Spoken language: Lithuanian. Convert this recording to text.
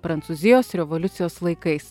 prancūzijos revoliucijos laikais